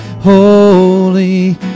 Holy